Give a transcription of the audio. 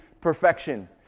perfection